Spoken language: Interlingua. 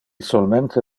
solmente